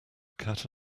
cat